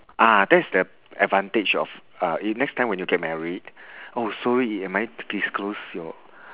ah that's the advantage of uh you next time when you get married oh sorry am I disclose your